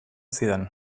zidan